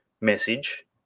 message